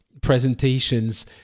presentations